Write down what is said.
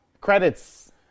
credits